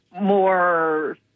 more